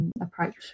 approach